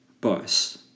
bus